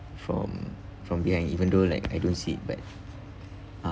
from from behind even though like I don't say it back